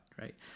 right